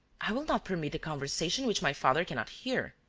i will not permit a conversation which my father cannot hear.